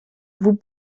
vous